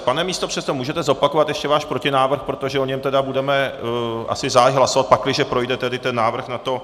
Pane místopředsedo, můžete zopakovat ještě váš protinávrh, protože o něm tedy budeme asi záhy hlasovat, pakliže projde tedy ten návrh na to...